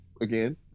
again